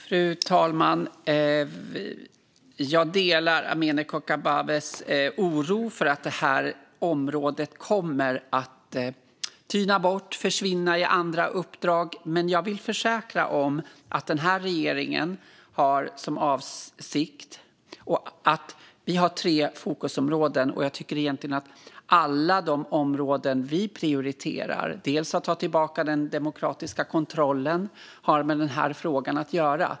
Fru talman! Jag delar Amineh Kakabavehs oro för att det här området kommer att tyna bort och försvinna i andra uppdrag. Regeringen har ändå tre fokusområden, och jag tycker egentligen att alla de områden som vi prioriterar, bland annat att ta tillbaka den demokratiska kontrollen, har med den här frågan att göra.